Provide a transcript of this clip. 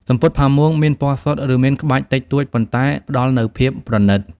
សំពត់ផាមួងមានពណ៌សុទ្ធ ឬមានក្បាច់តិចតួចប៉ុន្តែផ្តល់នូវភាពប្រណីត។